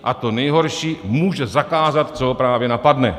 A to nejhorší může zakázat, co ho právě napadne.